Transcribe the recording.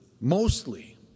mostly